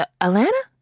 Atlanta